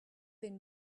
been